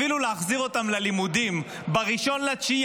אפילו להחזיר אותם ללימודים ב-1 בספטמבר,